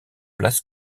place